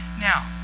Now